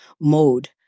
mode